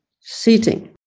seating